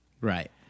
Right